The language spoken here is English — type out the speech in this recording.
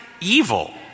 evil